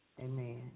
Amen